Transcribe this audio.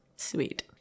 sweet